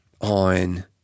On